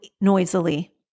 noisily